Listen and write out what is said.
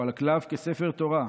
"או על הקלף כספר תורה.